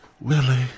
Willie